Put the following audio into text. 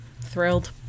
thrilled